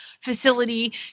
facility